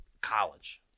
college